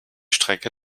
strecke